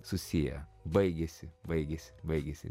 susiję baigėsi baigėsi baigėsi